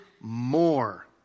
more